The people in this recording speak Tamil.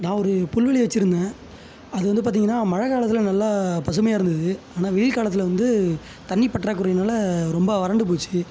நான் ஒரு புல்வெளி வெச்சுருந்தேன் அது வந்து பார்த்தீங்கன்னா மழை காலத்தில் நல்லா பசுமையாக இருந்தது ஆனால் வெயில் காலத்தில் வந்து தண்ணி பற்றாக்குறைனால் ரொம்ப வறண்டு போச்சு